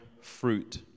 fruit